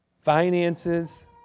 finances